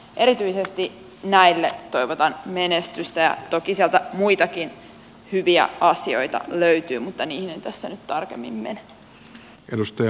erityisesti näille toivotan menestystä ja toki sieltä muitakin hyviä asioita löytyy mutta niihin en tässä nyt tarkemmin mene